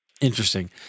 interesting